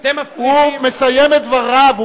הוא מסיים את דבריו.